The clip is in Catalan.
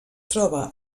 troba